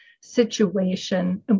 situation